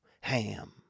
ham